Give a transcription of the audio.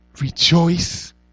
rejoice